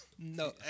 No